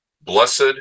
Blessed